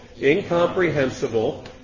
Incomprehensible